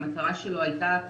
המטרה שלו הייתה,